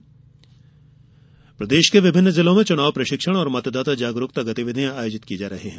मतदाता जागरूकता प्रदेश के विभिन्न जिलों में चुनाव प्रशिक्षण और मतदाता जागरूकता गतिविधियां आयोजित की जा रही हैं